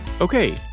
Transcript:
Okay